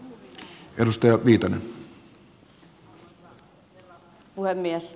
arvoisa herra puhemies